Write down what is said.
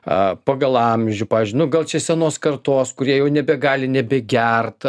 a pagal amžių pavyzdžiui nu gal čia senos kartos kurie jau nebegali nebegert